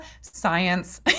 science